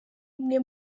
umwe